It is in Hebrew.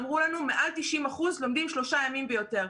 אמרו לנו: מעל 90% לומדים שלושה ימים ויותר.